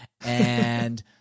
and-